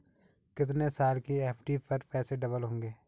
कितने साल की एफ.डी पर पैसे डबल होंगे?